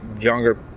younger